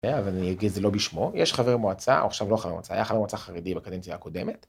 ‫אבל אני אגיד, זה לא בשמו. ‫יש חבר מועצה, עכשיו לא חבר מועצה, ‫היה חבר מועצה חרדי ‫באקדנציה הקודמת.